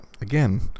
again